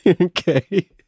Okay